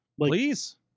Please